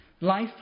Life